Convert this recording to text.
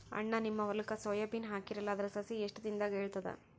ಅಣ್ಣಾ, ನಿಮ್ಮ ಹೊಲಕ್ಕ ಸೋಯ ಬೀನ ಹಾಕೀರಲಾ, ಅದರ ಸಸಿ ಎಷ್ಟ ದಿಂದಾಗ ಏಳತದ?